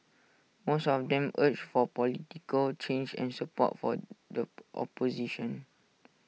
most of them urged for political change and support for the opposition